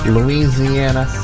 Louisiana